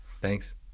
thanks